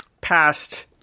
past